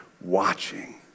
watching